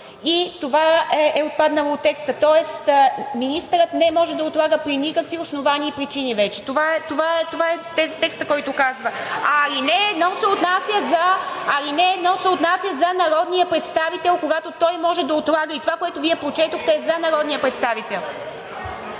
и това е отпаднало от текста, тоест министърът не може да отлага при никакви основания и причини вече. Това е текстът, който казва. (Шум и реплики.) А ал. 1 се отнася за народния представител, когато той може да отлага и това, което Вие прочетохте, е за народния представител.